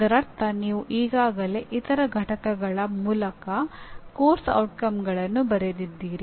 ಇದರರ್ಥ ನೀವು ಈಗಾಗಲೇ ಇತರ ಪಠ್ಯಗಳ ಮೂಲಕ ಪಠ್ಯಕ್ರಮದ ಪರಿಣಾಮಗಳನ್ನು ಬರೆದಿದ್ದೀರಿ